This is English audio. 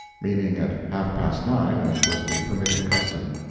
meaning at half-past nine, as was the permitted custom.